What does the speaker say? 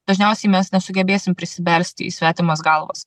dažniausiai mes nesugebėsim prisibelsti į svetimas galvas